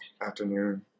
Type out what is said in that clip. afternoon